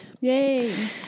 Yay